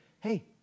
hey